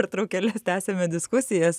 pertraukėles tęsiame diskusijas